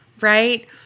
Right